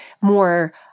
more